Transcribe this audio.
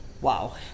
wow